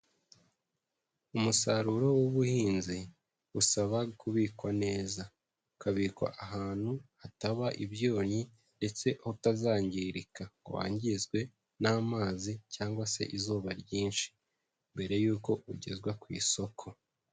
Umusaruro w'ubuhinzi usaba kubikwa neza. Ukabikwa ahantu hataba ibyonnyi ndetse aho utazangirika, ngo wangizwe n'amazi cyangwa se izuba ryinshi mbere yuko ugezwa ku isoko.